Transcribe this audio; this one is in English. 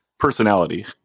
personality